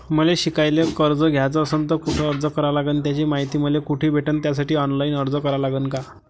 मले शिकायले कर्ज घ्याच असन तर कुठ अर्ज करा लागन त्याची मायती मले कुठी भेटन त्यासाठी ऑनलाईन अर्ज करा लागन का?